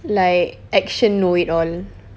like action know it all